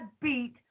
beat